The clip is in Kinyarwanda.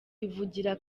ivugira